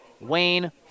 Wayne